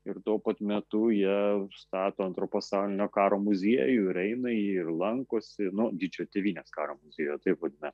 ir tuo pat metu jie stato antro pasaulinio karo muziejų ir eina į jį ir lankosi nu didžiojo tėvynės karo muziejų jie taip vadina